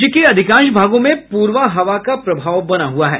राज्य के अधिकांश भागों में पूर्वा हवा का प्रभाव बना हुआ है